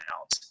out